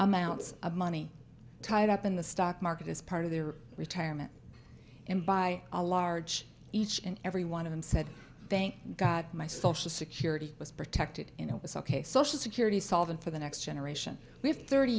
amounts of money tied up in the stock market as part of their retirement in by a large each and every one of them said thank god my social security was protected and it was ok social security solvent for the next generation we have thirty